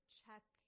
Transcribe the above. check